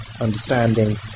understanding